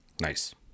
Nice